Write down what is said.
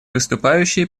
выступающий